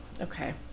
okay